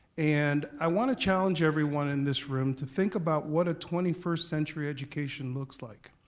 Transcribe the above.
and i wanna challenge everyone in this room to think about what a twenty first century education looks like,